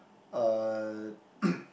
uh